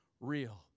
real